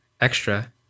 extra